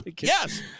Yes